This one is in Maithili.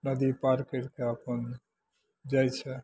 नदी पार करिके अपन जाइ छै